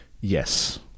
yes